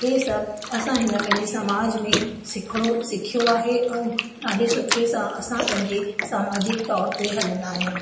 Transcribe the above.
हे सभु असां पंहिंजे हिन समाज में सिखिणो सिखियो आहे ऐं ॾाढे सुठे सां असां पंहिंजे सामाजिक तौर ते हलंदा आहियूं